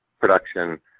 production